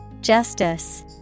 Justice